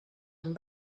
amb